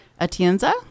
Atienza